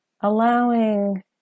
allowing